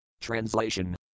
Translation